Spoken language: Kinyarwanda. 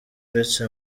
uretse